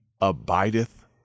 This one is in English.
abideth